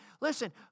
Listen